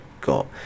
got